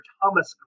Thomas